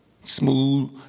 Smooth